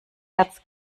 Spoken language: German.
herz